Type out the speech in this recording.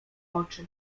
oczy